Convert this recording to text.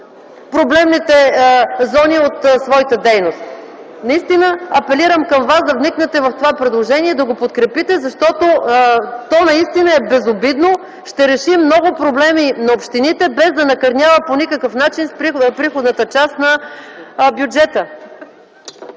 най-проблемите зони от тяхната дейност. Апелирам към вас да вникнете в това предложение и да го подкрепите! То наистина е безобидно и ще реши много проблеми на общините, без да накърнява по никакъв начин приходната част на бюджета.